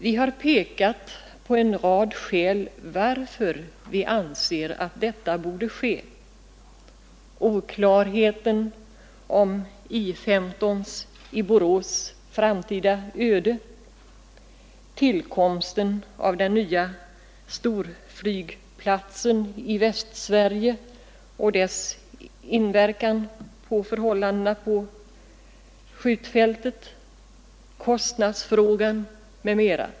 Vi har pekat på en rad skäl till att detta borde ske: oklarheten om I 15:s i Borås framtida öde, tillkomsten av den nya storflygplatsen i Västsverige och dess inverkan på förhållandena på skjutfältet, kostnadsfrågan m.m.